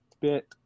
bit